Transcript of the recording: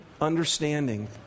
understanding